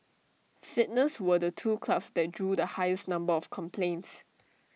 fitness were the two clubs that drew the highest number of complaints